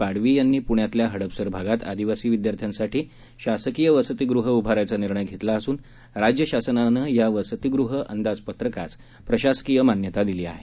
पाडवी यांनी पुण्यातल्या हडपसर भागात आदिवासी विद्यार्थ्यांसाठी शासकीय वसतीगृह उभारण्याचा निर्णय घेतला असून राज्य शासनानं या वसतीगृह अंदाजपत्रकास प्रशासकीय मान्यता दिली आहे